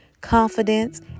confidence